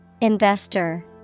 Investor